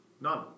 None